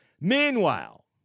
Meanwhile